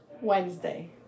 Wednesday